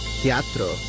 teatro